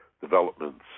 developments